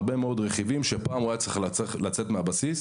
הרבה מאוד רכיבים שפעם היה צריך בשביל זה לצאת מהבסיס,